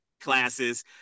classes